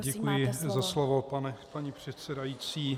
Děkuji za slovo paní předsedající.